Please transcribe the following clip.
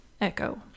Echo